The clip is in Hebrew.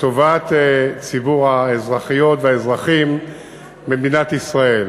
לטובת ציבור האזרחיות והאזרחים במדינת ישראל.